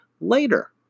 later